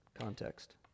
context